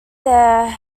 there